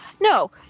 No